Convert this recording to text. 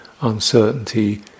uncertainty